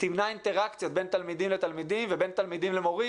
תמנע אינטראקציות בין תלמידים לתלמידים ובין תלמידים למורים,